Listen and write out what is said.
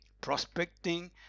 prospecting